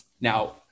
Now